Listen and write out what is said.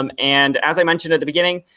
um and as i mentioned at the beginning,